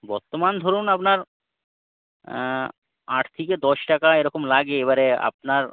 বর্তমান ধরুন আপনার আট থেকে দশ টাকা এরকম লাগে এবারে আপনার